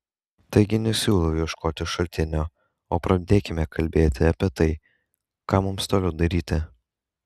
taigi nesiūlau ieškoti šaltinio o pradėkime kalbėti apie tai ką mums toliau daryti